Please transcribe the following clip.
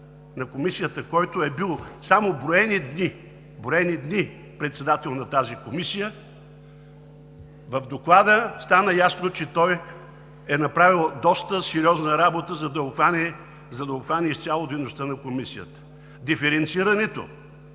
на Комисията, който е бил само броени дни, броени дни, председател на тази комисия, от Доклада стана ясно, че той е свършил доста сериозна работа, за да обхване изцяло дейността на Комисията. Диференцирането